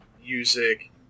music